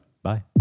Bye